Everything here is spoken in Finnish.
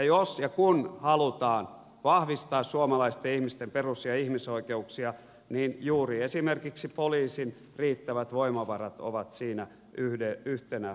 jos ja kun halutaan vahvistaa suomalaisten ihmisten perus ja ihmisoikeuksia niin esimerkiksi juuri poliisin riittävät voimavarat ovat siinä yhtenä avainasemana